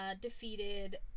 defeated